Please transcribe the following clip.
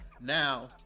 Now